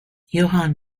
johan